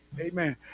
Amen